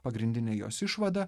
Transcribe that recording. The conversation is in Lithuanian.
pagrindinė jos išvada